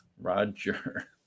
Roger